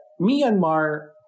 Myanmar